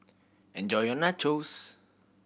enjoy your Nachos